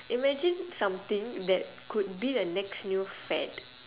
imagine something that could be the next new fad